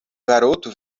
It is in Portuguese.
garoto